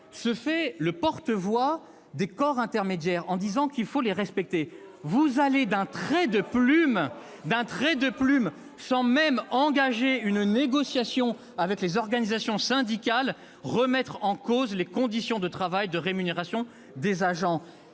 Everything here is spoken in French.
se fait le porte-voix des corps intermédiaires, qu'il appelle à leur respect, vous allez d'un trait de plume, sans même engager une négociation avec les organisations syndicales, remettre en cause les conditions de travail et la rémunération des agents.